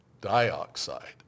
dioxide